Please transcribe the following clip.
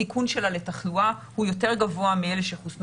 הסיכון שלה לתחלואה הוא יותר גבוה מאלה שחוסנו